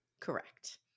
Correct